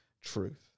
truth